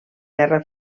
guerra